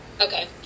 Okay